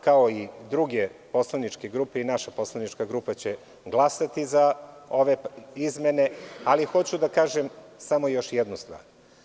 Kao i druge poslaničke grupe, naša poslanička grupa će glasati za ove izmene, ali hoću da kažem još jednu stvar.